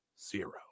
zero